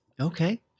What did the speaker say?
Okay